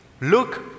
Look